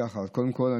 קודם כול,